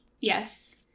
yes